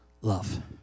love